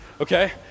Okay